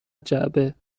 جعبه